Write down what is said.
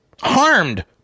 harmed